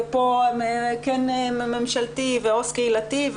ופה כן ממשלתי ועו"ס קהילתי,